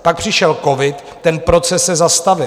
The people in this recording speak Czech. Pak přišel covid, ten proces se zastavil.